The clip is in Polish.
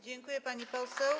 Dziękuję, pani poseł.